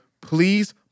please